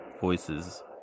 voices